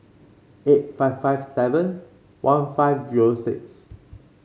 eight five five seven one five zero six